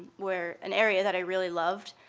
where an area that i really loved.